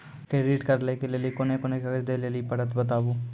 Credit card लै के लेली कोने कोने कागज दे लेली पड़त बताबू?